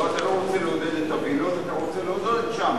לא, אתה לא רוצה לעודד, אתה רוצה לעודד שם.